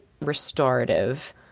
restorative